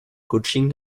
coaching